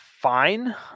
fine